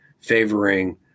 favoring